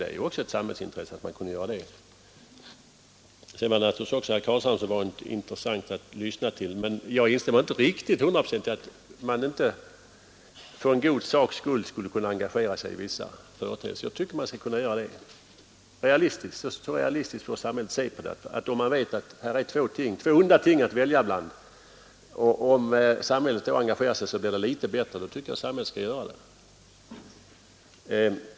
Det var också som vanligt intressant att lyssna till herr Carlshamre, men jag instämmer inte riktigt i att man inte för en god saks skull kunde engagera sig i vissa företeelser. Jag tycker att man skall kunna det så realistiskt får samhället se på frågan. Om man vet att det är två onda ting att välja mellan och att det blir litet bättre om samhället engagerar sig, då tycker jag att samhället skall göra det.